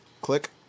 Click